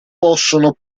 possono